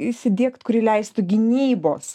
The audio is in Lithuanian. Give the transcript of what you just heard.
įsidiegt kuri leistų gynybos